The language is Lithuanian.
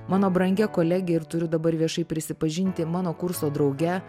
mano brangia kolege ir turiu dabar viešai prisipažinti mano kurso drauge